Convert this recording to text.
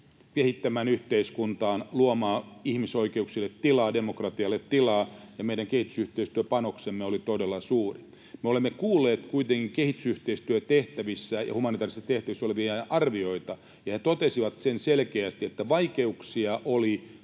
kehittämään yhteiskuntaa, luomaan ihmisoikeuksille tilaa, demokratialle tilaa, ja meidän kehitysyhteistyöpanoksemme oli todella suuri. Me olemme kuulleet kuitenkin kehitysyhteistyötehtävissä ja humanitäärisissä tehtävissä olevien arvioita, ja he totesivat sen selkeästi, että vaikeuksia oli